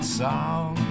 song